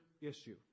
issue